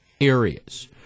areas